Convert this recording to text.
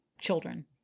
children